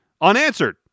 unanswered